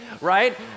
right